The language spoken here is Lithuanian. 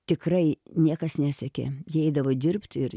tikrai niekas nesekė jie eidavo dirbti ir